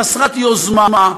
חסרת יוזמה.